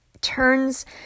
turns